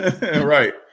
Right